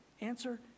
Answer